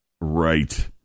Right